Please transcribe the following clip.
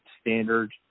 standard